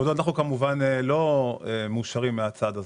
מן הסתם אנחנו כמובן לא מאושרים מהצעד הזה.